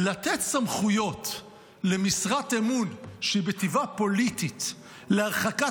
לתת סמכויות למשרת אמון שהיא בטבעה פוליטית להרחקת